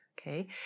okay